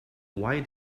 why